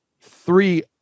three